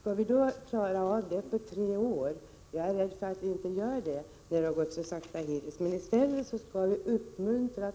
Skall detta klaras av på tre år — jag är rädd för att vi inte gör det, när det har gått så långsamt hittills — måste man i stället uppmuntra